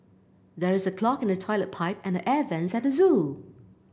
there is a clog in the toilet pipe and the air vents at the zoo